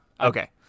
Okay